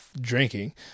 drinking